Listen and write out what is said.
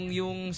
yung